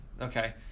okay